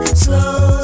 slow